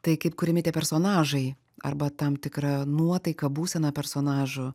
tai kaip kuriami tie personažai arba tam tikra nuotaika būsena personažų